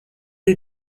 est